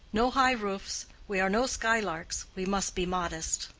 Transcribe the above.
no high roofs. we are no skylarks. we must be modest.